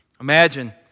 Imagine